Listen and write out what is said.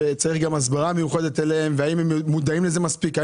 שצריך גם הסברה מיוחדת אליהם ואם הם מודעים מספיק.